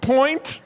Point